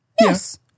Yes